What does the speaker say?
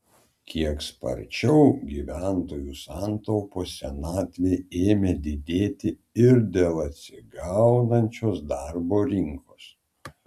kiek sparčiau gyventojų santaupos senatvei ėmė didėti ir dėl atsigaunančios darbo rinkos